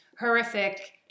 horrific